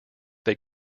they